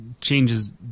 changes